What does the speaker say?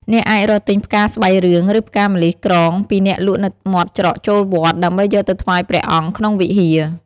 អ្នកអាចរកទិញផ្កាស្បៃរឿង ឬផ្កាម្លិះក្រងពីអ្នកលក់នៅមាត់ច្រកចូលវត្ត ដើម្បីយកទៅថ្វាយព្រះអង្គក្នុងវិហារ។